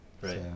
right